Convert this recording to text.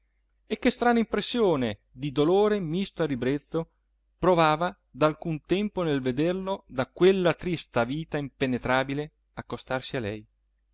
e che strana impressione di dolore misto a ribrezzo provava da alcun tempo nel vederlo da quella trista vita impenetrabile accostarsi a lei